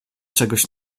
czegoś